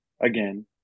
Again